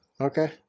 Okay